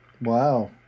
Wow